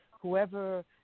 whoever